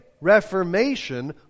Reformation